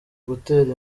gutera